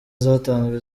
zatanzwe